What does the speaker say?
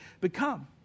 become